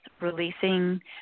releasing